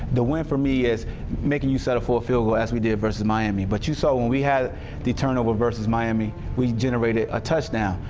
the win for me is making you settle for a field goal, as we did versus miami. but you saw when we had the turnover versus miami, we generated a touchdown.